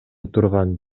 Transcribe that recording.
турган